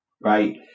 right